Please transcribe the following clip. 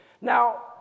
Now